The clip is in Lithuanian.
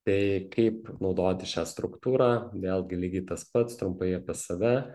tai kaip naudoti šią struktūrą vėlgi lygiai tas pats trumpai apie save